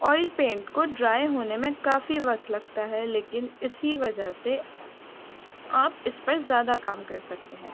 oil paint کو dry ہونے میں کافی وقت لگتا ہے لیکن اسی وجہ سے آپ اس پر زیادہ کام کر سکتے ہیں